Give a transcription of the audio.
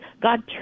God